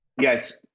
Yes